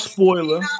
Spoiler